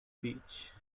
beach